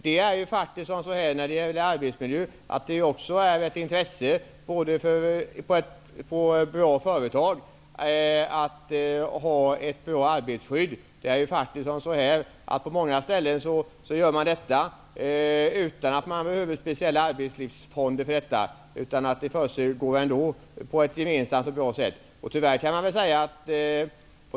När det gäller arbetsmiljön vill jag säga att det från goda företags sida är ett intresse att ha ett bra arbetarskydd. På många ställen har man en sådan verksamhet utan att ha speciella arbetslivsfonder för detta, och den bedrivs ändå i samverkan och på ett bra sätt.